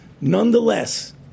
Nonetheless